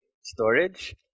Storage